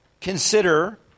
consider